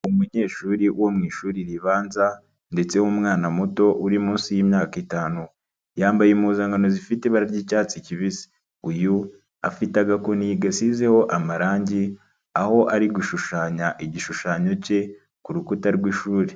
Umunyeshuri wo mu ishuri ribanza ndetse w'umwana muto uri munsi y'imyaka itanu, yambaye impuzankano zifite ibara ry'icyatsi kibisi, uyu afite agakoni gasizeho amarangi, aho ari gushushanya igishushanyo cye ku rukuta rw'ishuri.